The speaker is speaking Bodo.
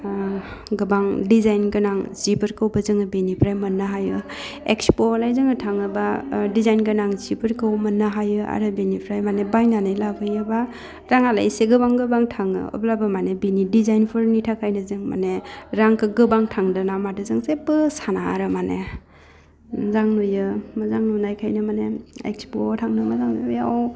गोबां डिजाइन गोनां जिफोरखौबो जोङो बिनिफ्राय मोननो हायो इक्सप'आवलाय जोङो थाङोबा डिजाइन गोनां जिफोरखौ मोननो हायो आरो बिनिफ्राय मानि बायनानै लाबोयोबा राङालाइ एसे गोबां गोबां थाङो अब्लाबो मानि बिनि डिजाइनफोरनि थाखायनो जों मानि रांखौ गोबां थांदोंना मादों जों जेब्बो साना आरो माने मोजां नुयो मोजां नुनायखायनो माने इक्सप'वाव थांनो मोजां बेयाव